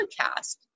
podcast